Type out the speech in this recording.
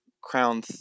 crown